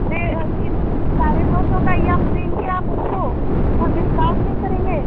फिर साढ़े नौ सौ का ही आप देंगे आप उसको कुछ डिस्काउंट नहीं करेंगे